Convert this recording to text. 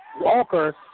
Walker